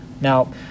Now